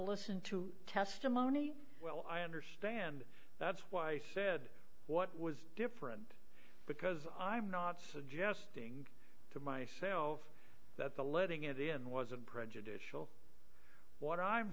listen to testimony well i understand that's why i said what was different because i'm not suggesting to myself that the letting it in wasn't prejudicial what i'm